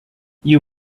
you